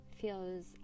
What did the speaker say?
feels